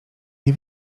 nie